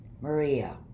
Maria